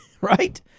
Right